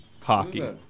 hockey